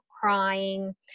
crying